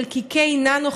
חלקיקי ננו,